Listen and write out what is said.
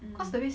mm